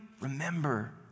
remember